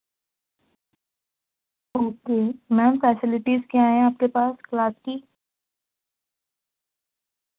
okay ma'am facilities کیا ہیں آپ کے پاس کلاس کی